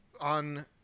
on